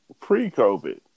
Pre-COVID